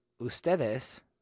ustedes